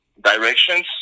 directions